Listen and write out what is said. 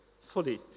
fully